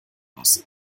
aus